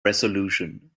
resolution